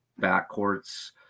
backcourts